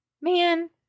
Man